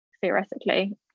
theoretically